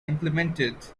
implemented